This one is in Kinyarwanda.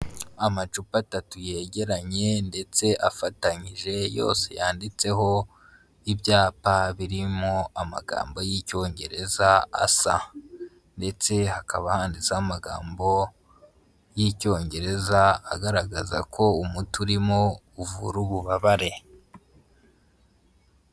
Amacupa atatu yegeranye ndetse afatanyije yose yanditseho ibyapa birimo amagambo y'Icyongereza asa. Ndetse hakaba handitseho amagambo y'Icyongereza agaragaza ko umuti urimo uvura ububabare.